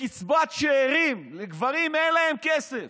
לקצבת שאירים לגברים אין להם כסף.